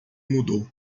mudou